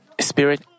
Spirit